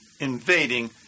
invading